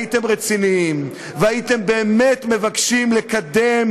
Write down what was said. הייתם רציניים והייתם באמת מבקשים לקדם